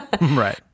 Right